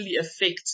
affect